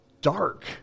dark